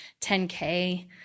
10k